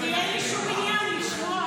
כי אין לי שום עניין לשמוע.